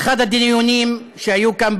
באחד הדיונים שהיו כאן,